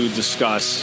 discuss